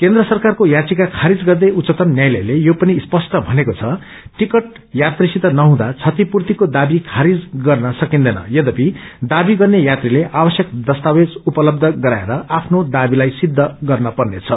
केन्द्र सरकारको याचिका खारिज गर्दै उच्चतम् न्यायालयले यो पनि स्पष्ट भनेको छ कि टिकट यात्रीसित नहुँदा क्षतिपूर्तिको दाबी खारिज गर्न सकिँदैन यध्यपि दाबी गर्ने यात्रीले आवश्यक दस्तावेज उपलब्ध गराएर आफ्नो दाबीलाई सिद्ध गर्नु पर्नेछ